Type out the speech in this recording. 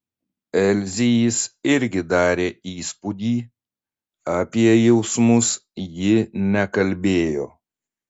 elzei jis irgi darė įspūdį apie jausmus ji nekalbėjo